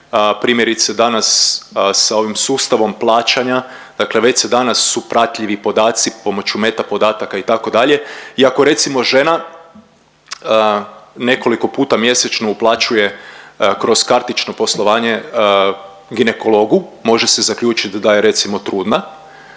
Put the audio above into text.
Primjerice danas sa ovim sustavom plaćanja dakle već se danas su pratljivi podaci pomoću meta podataka itd. iako recimo žena nekoliko puta mjesečno uplaćuje kroz kartično poslovanje ginekologu, može se zaključit da je recimo trudna.